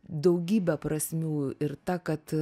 daugybe prasmių ir ta kad